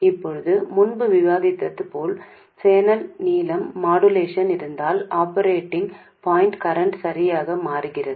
இப்போது முன்பு விவாதித்தது போல் சேனல் நீளம் மாடுலேஷன் இருந்ததால் ஆப்பரேட்டிங் பாயின்ட் கரண்ட் சரியாக மாறுகிறது